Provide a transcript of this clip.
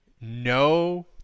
no